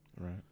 Right